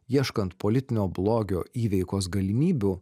ieškant politinio blogio įveikos galimybių